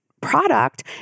product